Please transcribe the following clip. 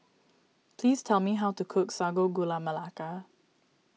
please tell me how to cook Sago Gula Melaka